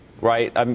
right